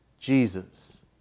Jesus